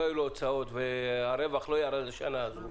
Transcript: שלא היו לו הוצאות והרווח לא ירד בשנה הזו,